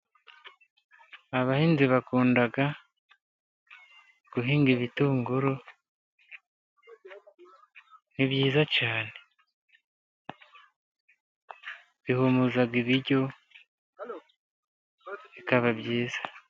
Abahinzi bakunda guhinga ibitunguru nibyiza cyane. bihumuza ibiryo bikaba byiza.